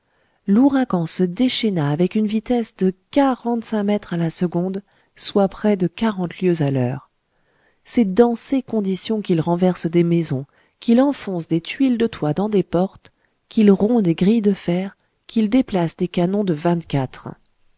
l'ouragan se déchaîna avec une vitesse de quarante-cinq mètres à la seconde soit près de quarante lieues à l'heure c'est dans ces conditions qu'il renverse des maisons qu'il enfonce des tuiles de toits dans des portes qu'il rompt des grilles de fer qu'il déplace des canons de vingt-quatre